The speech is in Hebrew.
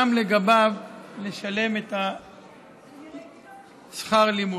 גם כן יש לשלם את שכר הלימוד.